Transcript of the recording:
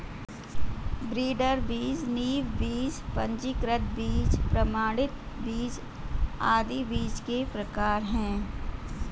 breeder बीज, नींव बीज, पंजीकृत बीज, प्रमाणित बीज आदि बीज के प्रकार है